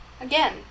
again